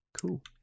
cool